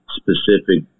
specific